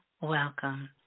welcome